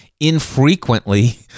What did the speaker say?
infrequently